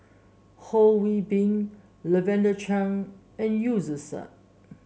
Ho Yee Ping Lavender Chang and Zubir Said